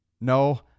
No